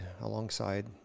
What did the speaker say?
alongside